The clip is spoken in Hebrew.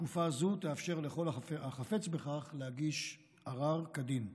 תקופה זו תאפשר לכל החפץ בכך להגיש ערר כדין.